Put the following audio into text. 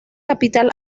capital